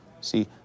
See